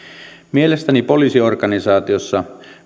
mielestäni poliisiorganisaatiossa